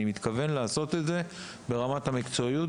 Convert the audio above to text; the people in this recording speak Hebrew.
אני מתכוון לעשות את זה ברמת המקצועיות,